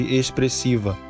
expressiva